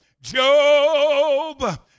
Job